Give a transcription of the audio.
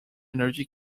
energy